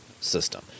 system